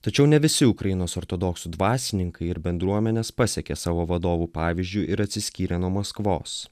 tačiau ne visi ukrainos ortodoksų dvasininkai ir bendruomenės pasekė savo vadovų pavyzdžiu ir atsiskyrė nuo maskvos